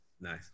nice